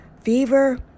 fever